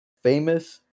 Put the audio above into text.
famous